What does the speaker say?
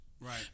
Right